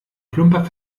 plumper